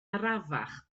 arafach